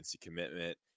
commitment